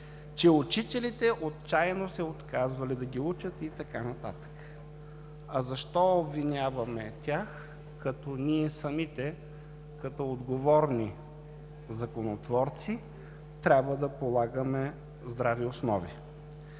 че учителите отчаяно се отказвали да ги учат и така нататък. А защо обвиняваме тях, като ние самите, като отговорни законотворци, трябва да полагаме здрави основи?